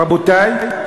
רבותי,